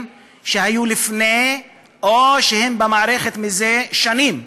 שהיו לפני כן או שהם במערכת מזה שנים,